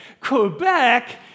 Quebec